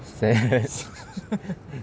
sad